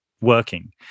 working